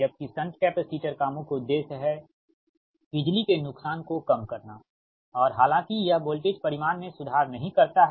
जबकि shunt capacitor का मुख्य उद्देश्य है बिजली के नुकसान को कम करना है और हालांकि यह वोल्टेज परिमाण में सुधार नहीं करता है